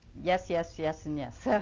yes, yes, yes and yes. yeah